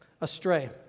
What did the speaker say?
astray